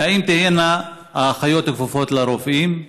2. האם האחיות תהיינה כפופות לרופאים?